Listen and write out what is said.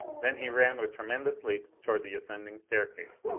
then he ran with tremendous leaps toward the ascending staircase.